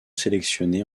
sélectionné